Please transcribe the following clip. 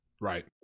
Right